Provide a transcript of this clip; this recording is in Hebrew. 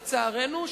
לצערנו,